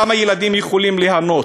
גם הילדים יכולים ליהנות.